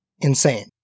insane